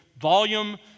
Volume